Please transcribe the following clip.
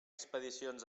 expedicions